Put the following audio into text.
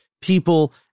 people